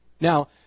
Now